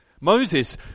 Moses